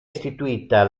istituita